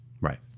Right